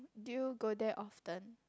do you go there often